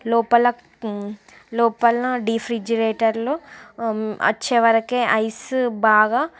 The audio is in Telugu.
లోపల లోపల డీఫ్రిజిరేటర్లు వచ్చే వరకు ఐస్ బాగా